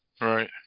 Right